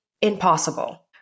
impossible